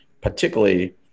particularly